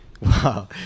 Wow